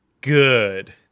good